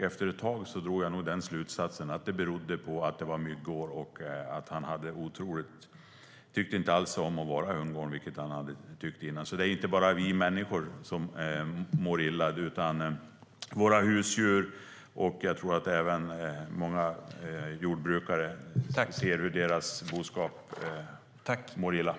Efter ett tag drog jag slutsatsen att det berodde på att det var myggår och att han inte alls tyckte om att vara i hundgården då, vilket han hade gjort innan. Det är alltså inte bara vi människor som mår dåligt utan även våra husdjur. Jag tror även att många jordbrukare ser att deras boskap mår dåligt av detta.